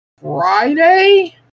Friday